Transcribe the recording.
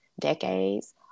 decades